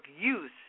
use